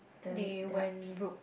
they went rogue